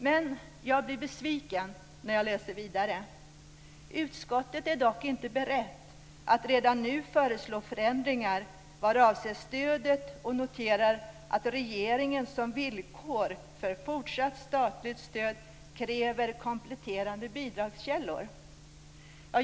Men jag blir besviken när jag läser vidare: "Utskottet är dock inte berett att redan nu föreslå förändringar vad avser stödet och noterar att regeringen som villkor för fortsatt statligt stöd kräver kompletterande bidragskällor."